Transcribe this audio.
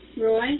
Roy